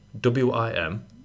W-I-M